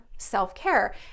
self-care